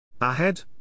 Ahead